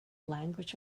language